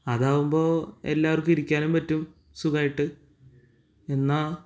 അതാവുമ്പോൾ എല്ലാവർക്കും ഇരിക്കാനും പറ്റും സുഖമായിട്ട് എന്നാൽ